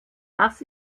das